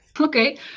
Okay